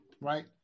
right